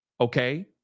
Okay